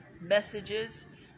messages